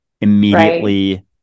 immediately